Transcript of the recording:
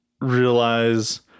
realize